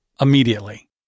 immediately